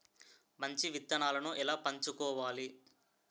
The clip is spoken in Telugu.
మంచి విత్తనాలను ఎలా ఎంచుకోవాలి?